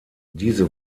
diese